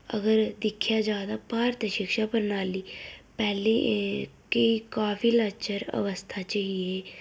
अगर दिक्खेआ जा तां भारती शिक्षा प्रणाली पैह्लें एह् केईं काफी लच्चर अवस्था च ही एह्